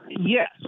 Yes